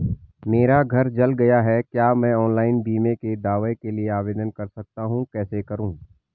मेरा घर जल गया है क्या मैं ऑनलाइन बीमे के दावे के लिए आवेदन कर सकता हूँ कैसे करूँ?